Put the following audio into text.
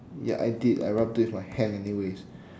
ya I did I rubbed it with my hand anyways